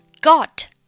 Got